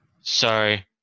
Sorry